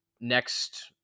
next